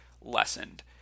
lessened